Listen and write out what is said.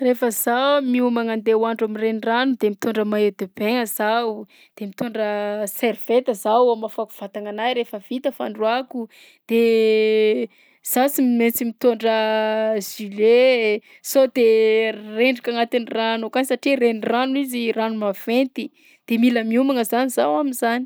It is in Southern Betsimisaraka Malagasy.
Rehefa zaho miomagna andeha hoandro amin'ny renirano de mitondra maillot de bain-gna zaho, de mitondra serviette zaho hamafako vatagnanahy rehefa vit fandroàko. De za sy maintsy mitondra gilet sao de rendrika agnatin'ny rano akagny satria renirano izy rano maventy de mila miomagna zany zaho am'zany.